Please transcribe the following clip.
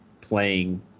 playing